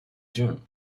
june